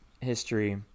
history